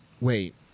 wait